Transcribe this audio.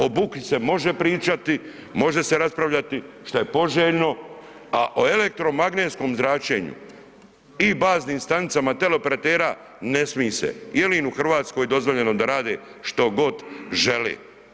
O buki se može pričati, može se raspravljati, šta je poželjno, a o elektromagnetskom zračenju i baznim stanicama teleoperatera ne smi se jel im je u Hrvatskoj dozvoljeno da rade što god žele.